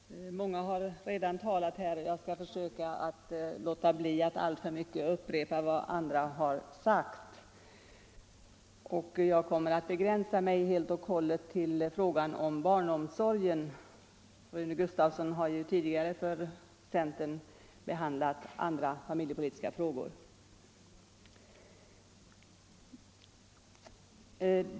Herr talman! Flera talare har redan haft ordet, och jag skall nu försöka låta bli att alltför mycket upprepa vad de sagt. Jag kommer här att begränsa mig till frågan om barnomsorgen. Herr Gustavsson i Alvesta har ju tidigare för centerns del behandlat andra familjepolitiska frågor.